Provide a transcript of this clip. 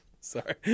Sorry